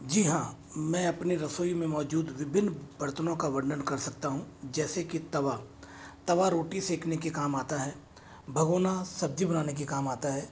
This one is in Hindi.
जी हाँ मैं अपने रसोई में मौजूद विभिन्न बर्तनों का वर्णन कर सकता हूँ जैसे के तवा तवा रोटी सेकने के काम आता है भगौना सब्जी बनाने के काम आता है